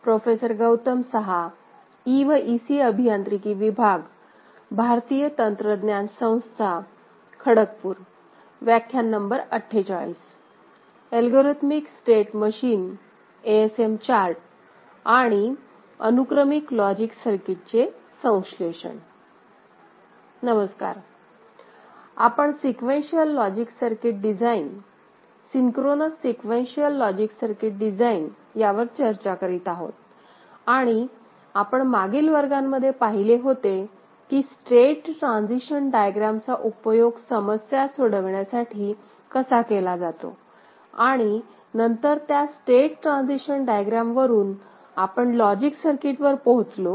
आपण sequential logic circuit design synchronous sequential logic circuit design यावर चर्चा करीत आहोत आणि आपण मागील वर्गांमध्ये पाहिले होते की स्टेट ट्रान्झिशन डायग्रॅमचा उपयोग समस्या सोडविण्यासाठी साठी कसा केला जातो आणि नंतर त्या स्टेट ट्रान्झिशन डायग्रॅम वरून आपण लॉजिक सर्किटवर पोहोचलो